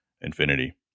infinity